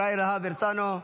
יוראי להב הרצנו,